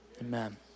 amen